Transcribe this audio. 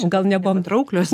gal nebuvom trauklios